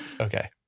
Okay